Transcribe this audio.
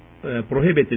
prohibited